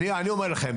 אני אומר לכם,